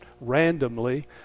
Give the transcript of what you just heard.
randomly